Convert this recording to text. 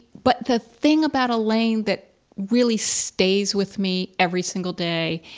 but the thing about elaine that really stays with me every single day,